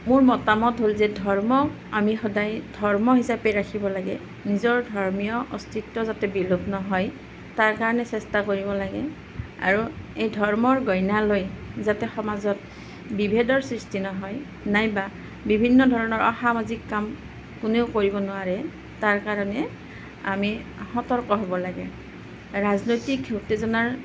মোৰ মতামত হ'ল যে ধৰ্মক আমি সদায় ধৰ্ম হিচাপে ৰাখিব লাগে নিজৰ ধৰ্মীয় অস্তিত্ব যাতে বিলোপ নহয় তাৰ কাৰণে চেষ্টা কৰিব লাগে আৰু এই ধৰ্মৰ গইনা লৈ যাতে সমাজত বিভেদৰ সৃষ্টি নহয় নাইবা বিভিন্ন ধৰণৰ অসামাজিক কাম কোনেও কৰিব নোৱাৰে তাৰ কাৰণে আমি সতৰ্ক হ'ব লাগে ৰাজনৈতিক উত্তেজনাৰ